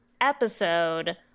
episode